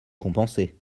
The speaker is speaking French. compenser